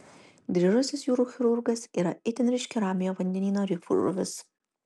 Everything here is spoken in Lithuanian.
dryžasis jūrų chirurgas yra itin ryški ramiojo vandenyno rifų žuvis